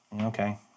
Okay